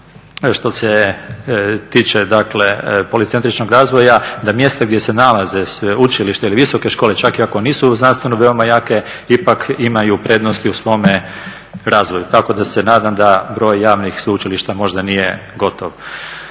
što se tiče, dakle, policentričnog razvoja, da mjesta gdje se nalaze sveučilišta ili visoke škole, čak i ako nisu znanstveno veoma jake, ipak imaju prednosti u svome razvoju, tako da se nadam da broj javnih sveučilišta možda nije gotov.